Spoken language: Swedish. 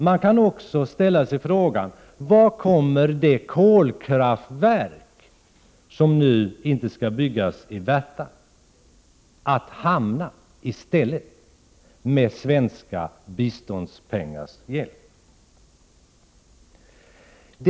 Man kan ställa frågan: Var kommer man att placera det kolkraftverk som skulle ha byggts i Värtan men som nu kommer att byggas någon annanstans, med hjälp av svenska biståndspengar?